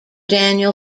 daniel